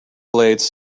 blades